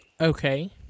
Okay